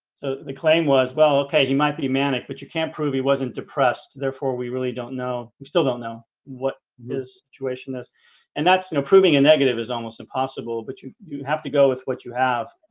so the claim was well, okay. he might be manic, but you can't prove he wasn't depressed therefore we really don't know. we still don't know what his situation is and that's no proving a negative is almost impossible, but you you have to go with what you have